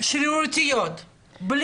שרירותיות בלי היגיון